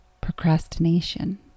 procrastination